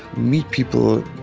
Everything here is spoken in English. meet people,